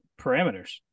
parameters